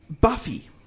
Buffy